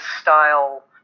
style